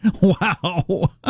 Wow